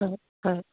হয় হয়